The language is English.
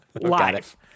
live